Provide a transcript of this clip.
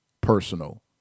personal